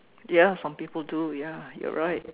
ya some people do ya you're right